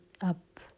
up